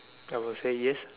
I will say yes